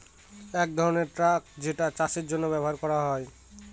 এক ধরনের ট্রাক যেটা চাষের জন্য ব্যবহার করা হয়